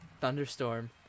thunderstorm